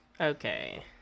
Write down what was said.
Okay